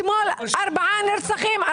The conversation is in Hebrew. אתמול ארבעה נרצחים.